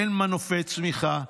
אין מנופי צמיחה,